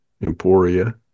Emporia